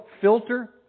filter